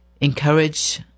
encourage